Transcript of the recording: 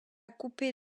couper